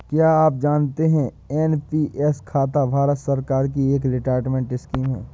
क्या आप जानते है एन.पी.एस खाता भारत सरकार की एक रिटायरमेंट स्कीम है?